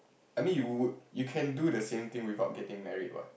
I mean you would you can do the same thing without getting married what